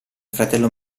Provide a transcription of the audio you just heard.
fratello